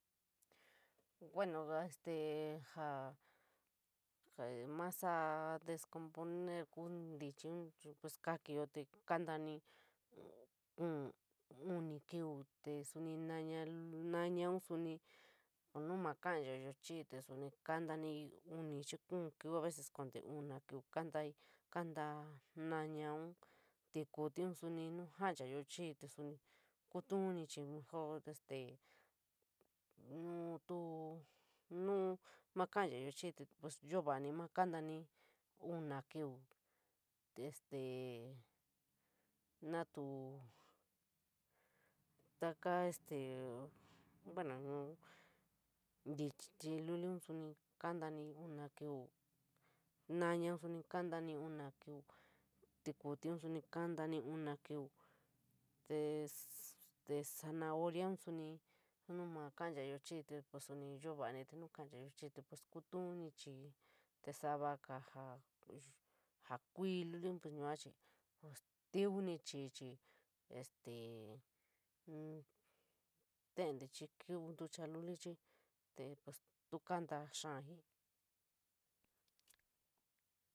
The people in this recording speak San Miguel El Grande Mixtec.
Bueno, este jaa jaa maa saa descomponer kuu ntichún pos kakiyo te kantaran kuuñ, uní kiiñ, te soni noaia lu, ñandoon suní nuu maa kaniichayo chií te kantara uni xiiñ kuuñ kiu uu vees kenta una kuu kantari, kantari ñaorou, ñtukún sonií te nuu kanechayo chií te luvu tuuñi chií mejor este noo duu, ñii maa kaniichayo chií te pos ñtolarai maa kantara una kiiñ te viña ñtocha taka este, buuno ntichi luliin suní kaniichara una kiiñ, ñandoon suní kantani una kiiñ, ñtukún soní kantani una kuuñ te, te zanahoria soní nuu maa kaniichayo chií te pos soni po vann, te nuu kanechayo chií pos te kuu ñtuñi peii te sevaa ka ja kuu luliin pues yuuchit pos ñtuñí chií este leente chií kuu ñtucha luli chií pos tu kanilayaa jii. na.